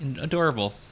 Adorable